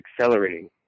accelerating